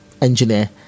engineer